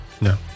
No